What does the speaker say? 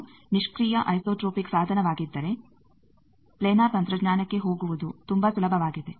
ಇದು ನಿಷ್ಕ್ರಿಯ ಐಸೋಟ್ರೋಪಿಕ್ ಸಾಧನವಾಗಿದ್ದರೆ ಪ್ಲಾನರ್ ತಂತ್ರಜ್ಞಾನಕ್ಕೆ ಹೋಗುವುದು ತುಂಬಾ ಸುಲಭವಾಗಿದೆ